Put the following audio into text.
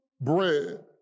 bread